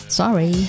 sorry